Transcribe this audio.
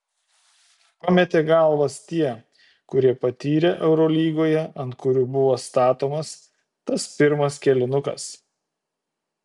pametė galvas tie kurie patyrę eurolygoje ant kurių buvo statomas tas pirmas kėlinukas